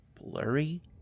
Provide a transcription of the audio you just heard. blurry